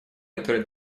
которые